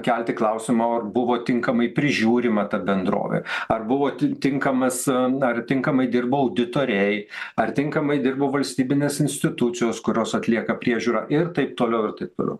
kelti klausimąo ar buvo tinkamai prižiūrima ta bendrovė ar buvo tin tinkamas na ar tinkamai dirbo auditoriai ar tinkamai dirbo valstybinės institucijos kurios atlieka priežiūrą ir taip toliau ir taip toliau